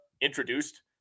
introduced